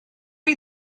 chi